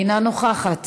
אינה נוכחת,